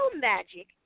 magic